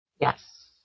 Yes